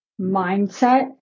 mindset